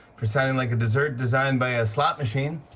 for sounding like a dessert designed by a slot machine.